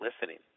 listening